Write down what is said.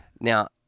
Now